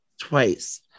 Twice